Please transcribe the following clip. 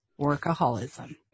Workaholism